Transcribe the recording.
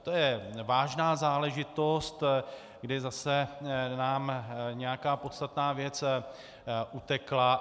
To je vážná záležitost, kdy zase nám nějaká podstatná věc utekla.